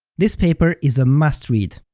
this paper is a must read.